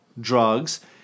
drugs